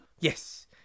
Yes